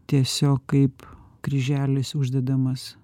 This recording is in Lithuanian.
tiesiog kaip kryželis uždedamas